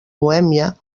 bohèmia